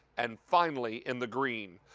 and finally in the green.